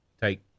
take